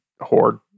horde